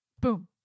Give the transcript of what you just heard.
boom